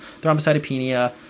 thrombocytopenia